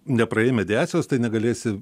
nepraėjai mediacijos tai negalėsi